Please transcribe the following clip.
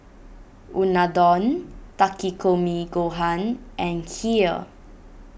Unadon Takikomi Gohan and Kheer